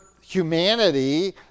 humanity